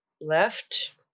left